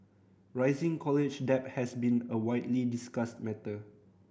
rising college debt has been a widely discussed matter